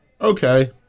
Okay